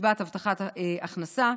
לקצבת הבטחת הכנסה,